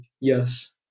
Yes